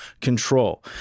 control